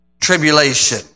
tribulation